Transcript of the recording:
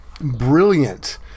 brilliant